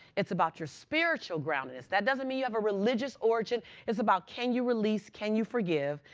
it's about your spiritual groundedness. that doesn't mean you have a religious origin. it's about, can you release? can you forgive?